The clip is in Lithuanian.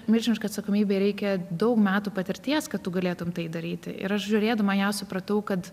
milžiniška atsakomybė ir reikia daug metų patirties kad tu galėtum tai daryti ir aš žiūrėdama į ją supratau kad